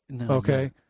Okay